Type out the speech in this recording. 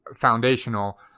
foundational